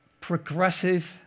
Progressive